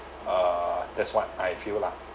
uh that's what I feel lah